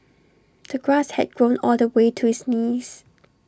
the grass had grown all the way to his knees